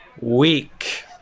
week